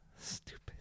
Stupid